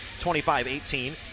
25-18